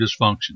dysfunction